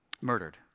murdered